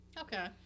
Okay